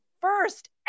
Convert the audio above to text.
first